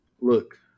Look